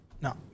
no